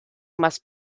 must